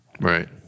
Right